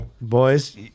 boys